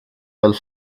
fel